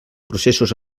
processos